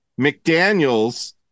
McDaniels